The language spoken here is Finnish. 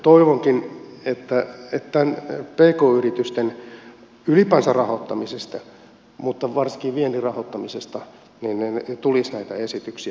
toivonkin että pk yritysten ylipäänsä rahoittamisesta mutta varsinkin viennin rahoittamisesta tulisi näitä esityksiä